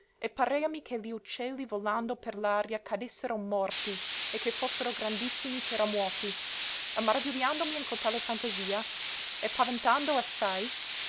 e pareami che li uccelli volando per l'aria cadessero morti e che fossero grandissimi terremuoti e maravigliandomi in cotale fantasia e paventando assai